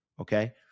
okay